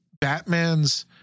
Batman's